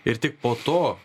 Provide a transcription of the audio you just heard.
ir tik po to